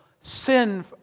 sin